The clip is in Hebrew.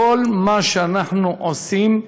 כל מה שאנחנו עושים,